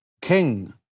King